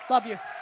love you.